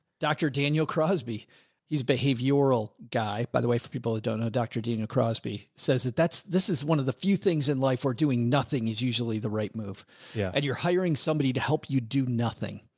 dr. daniel crosby he's behavioral guy, by the way, for people that don't know dr. daniel crosby says that that's, this is one of the few things in life where doing nothing is usually the right move yeah and you're hiring somebody to help you do nothing.